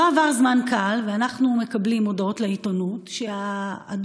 לא עבר זמן קל ואנחנו מקבלים הודעות לעיתונות שהאדון,